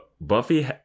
Buffy